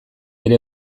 ere